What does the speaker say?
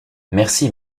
merci